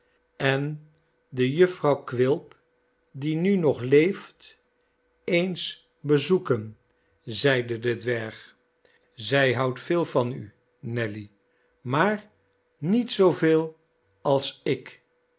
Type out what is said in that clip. en de jufvrouw qnilp die nu nog leeft eens bezoeken zeide de dwerg zij houdt veel van u nelly maar niet zooveel als ik